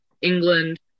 England